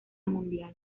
mundial